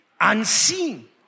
unseen